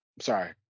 sorry